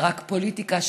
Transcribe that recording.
רק פוליטיקה,